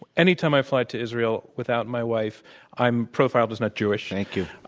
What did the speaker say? any time i apply to israel without my wife i'm profiled as not jewish. thank you.